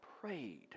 prayed